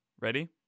ready